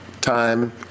time